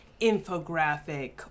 infographic